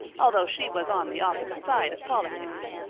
although she was on the opposite side of politics.